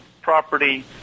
property